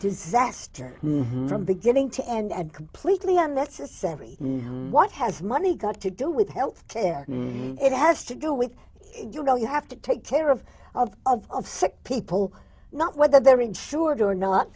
disaster from beginning to end completely unnecessary what has money got to do with health care it has to do with you know you have to take care of sick people not whether they're insured or not